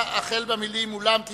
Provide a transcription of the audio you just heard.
ולסעיפים 12 14 אין הסתייגויות,